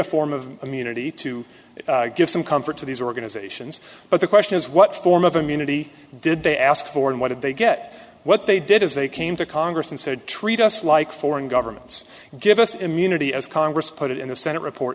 a form of immunity to give some comfort to these organizations but the question is what form of immunity did they ask for and what did they get what they did is they came to congress and said treat us like foreign governments give us immunity as congress put it in the senate report